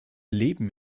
leben